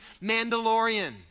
Mandalorian